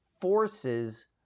forces